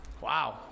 Wow